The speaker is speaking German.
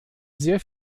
sehr